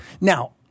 now